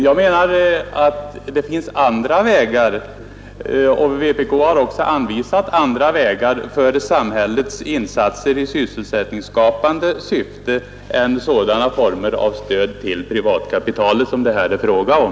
Jag anser att det finns andra vägar — vpk har anvisat dem — för samhällets insatser i sysselsättningsskapande syfte än sådana former för stöd åt privatkapitalet som det här är fråga om.